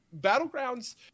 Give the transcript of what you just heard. battlegrounds